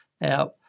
Now